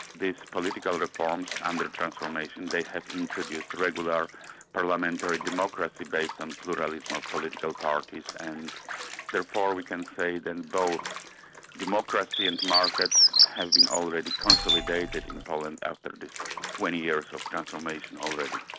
these political reforms under transformation, they have introduced regular parliamentary democracy base and pluralism of political parties and therefore we can say then both democracy and markets have been already consolidated in poland after these twenty years of transformation already.